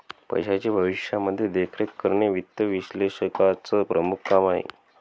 पैशाची भविष्यामध्ये देखरेख करणे वित्त विश्लेषकाचं प्रमुख काम आहे